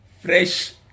fresh